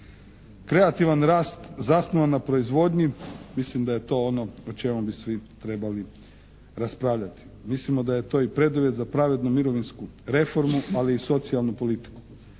Kreativna rast zasnovan na proizvodnji mislim da je to ono o čemu bi svi trebali raspravljati. Mislimo da je to i preduvjet za pravednu mirovinsku reformu ali i socijalnu politiku.